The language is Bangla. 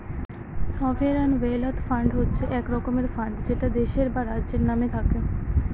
সভেরান ওয়েলথ ফান্ড হচ্ছে এক রকমের ফান্ড যেটা দেশের বা রাজ্যের নামে থাকে